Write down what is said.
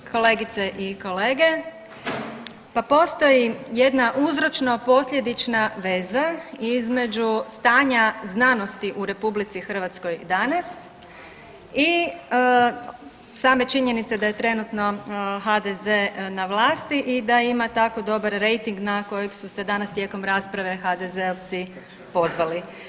Kolegice i kolege, pa postoji jedna uzročno posljedična veza između stanja znanosti u RH danas i same činjenice da je trenutno HDZ na vlasti i da ima tako dobar rejting na kojeg su se danas tijekom rasprave HZD-ovci pozvali.